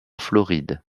floride